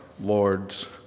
Lord's